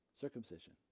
Circumcision